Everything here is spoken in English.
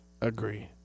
agree